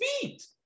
feet